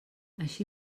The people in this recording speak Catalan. així